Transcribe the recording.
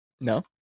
No